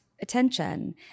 attention